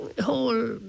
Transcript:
whole